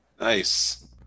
Nice